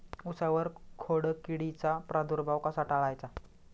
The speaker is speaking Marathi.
उसावर खोडकिडीचा प्रादुर्भाव कसा टाळायचा?